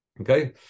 Okay